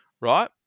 right